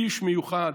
איש מיוחד,